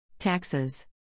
Taxes